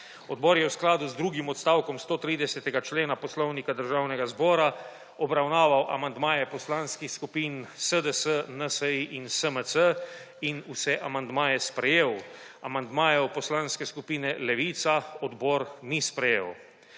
Odbor je v skladu z drugim odstavkom 130. člena Poslovnika Državnega zbora obravnaval amandmaje poslanskih skupin SDS, NSi in SMC in vse amandmaje sprejel. Amandmajev Poslanske skupine Levica odbor ni sprejel.